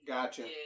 Gotcha